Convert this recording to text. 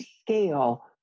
scale